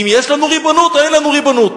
יש לנו ריבונות או אין לנו ריבונות?